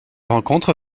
rencontre